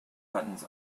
buttons